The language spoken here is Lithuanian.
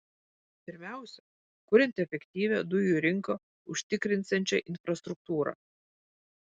pirmiausia kuriant efektyvią dujų rinką užtikrinsiančią infrastruktūrą